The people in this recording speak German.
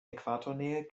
äquatornähe